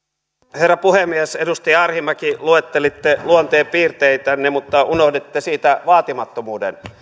herra puhemies edustaja arhinmäki luettelitte luonteenpiirteitänne mutta unohditte siitä vaatimattomuuden